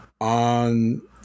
on